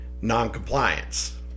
noncompliance